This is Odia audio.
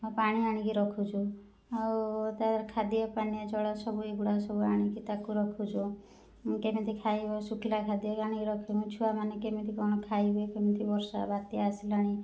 ମୁଁ ପାଣି ଆଣିକି ରଖୁଛୁ ଆଉ ତାର ଖାଦ୍ୟ ପାନୀୟ ଜଳ ସବୁ ଏଗୁଡ଼ାକ ସବୁ ଆଣିକି ତାକୁ ରଖୁଛୁ କେମତି ଖାଇବ ଶୁଖିଲା ଖାଦ୍ୟ ବି ଆଣି ରଖିମୁ ଛୁଆମାନେ କେମିତି କ'ଣ ଖାଇବେ କେମିତି ବର୍ଷା ବାତ୍ୟା ଆସିଲାଣି